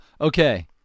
Okay